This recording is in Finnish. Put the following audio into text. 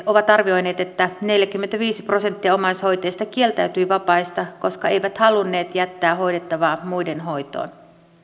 ovat arvioineet että neljäkymmentäviisi prosenttia omaishoitajista kieltäytyi vapaista koska he eivät halunneet jättää hoidettavaa muiden hoitoon